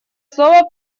слово